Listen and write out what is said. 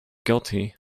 guilty